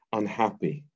unhappy